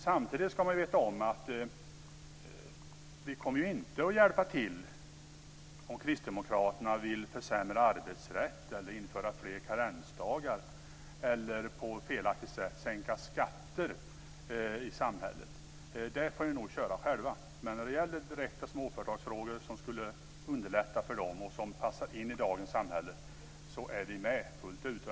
Samtidigt ska man veta att vi inte kommer att hjälpa till om kristdemokraterna vill försämra arbetsrätten, införa fler karensdagar eller på felaktigt sätt sänka skatter i samhället. Där får ni nog köra själva. Men i frågor som skulle underlätta för småföretagarna och som passar in i dagens samhälle är vi med fullt ut.